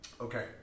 Okay